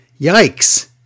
Yikes